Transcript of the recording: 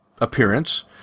appearance